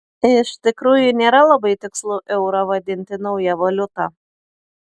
iš tikrųjų nėra labai tikslu eurą vadinti nauja valiuta